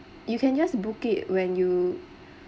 you can just book it when you